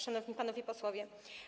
Szanowni Panowie Posłowie!